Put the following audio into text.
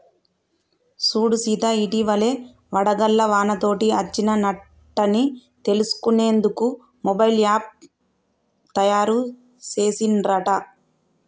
సూడు సీత ఇటివలే వడగళ్ల వానతోటి అచ్చిన నట్టన్ని తెలుసుకునేందుకు మొబైల్ యాప్ను తాయారు సెసిన్ రట